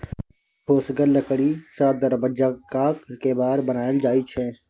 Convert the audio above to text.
ठोसगर लकड़ी सँ दरबज्जाक केबार बनाएल जाइ छै